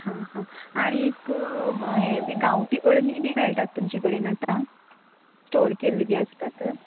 हा हा आनीक हे बी गांवठी अळमी बी मेळटा तुमचें कडेन आता स्टोर्स केल्ल्यो बी आसतात